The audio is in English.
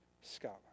scholar